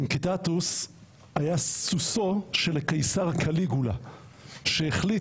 אינקיטאטוס היה סוסו של הקיסר קליגולה שהחליט